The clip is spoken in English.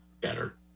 better